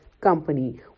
company